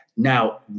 Now